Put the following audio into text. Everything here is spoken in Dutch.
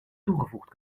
toegevoegd